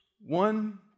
One